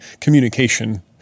communication